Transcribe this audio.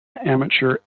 amateur